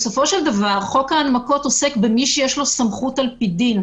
בסופו של דבר חוק ההנמקות עוסק במי שיש לו סמכות על פי דין.